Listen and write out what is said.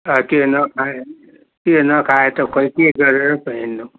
त्यो नखाए त्यो नखाए त खै के गरेर पो हिँड्नु